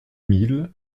mille